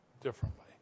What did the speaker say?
differently